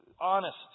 honest